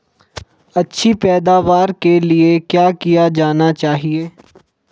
अच्छी पैदावार के लिए क्या किया जाना चाहिए?